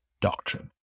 doctrine